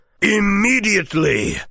Immediately